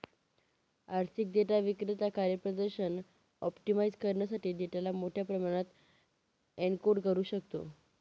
आर्थिक डेटा विक्रेता कार्यप्रदर्शन ऑप्टिमाइझ करण्यासाठी डेटाला मोठ्या प्रमाणात एन्कोड करू शकतो